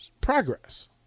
progress